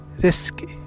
risky